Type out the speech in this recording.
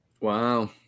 Wow